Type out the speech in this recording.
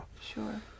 Sure